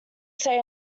say